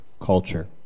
culture